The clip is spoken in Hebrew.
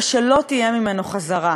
ושלא תהיה ממנה חזרה.